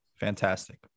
Fantastic